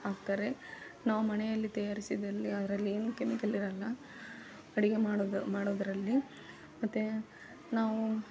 ಹಾಕ್ತಾರೆ ನಾವು ಮಣೆಯಲ್ಲಿ ತಯಾರಿಸಿದ್ದಲ್ಲಿ ಅದ್ರಲ್ಲಿ ಏನು ಕೆಮಿಕಲ್ ಇರೋಲ್ಲ ಅಡುಗೆ ಮಾಡೋದು ಮಾಡೋದರಲ್ಲಿ ಮತ್ತು ನಾವೂ